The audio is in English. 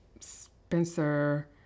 Spencer